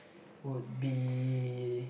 would be